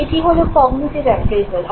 এটি হলো cognitive appraisal